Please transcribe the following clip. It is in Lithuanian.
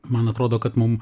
man atrodo kad mum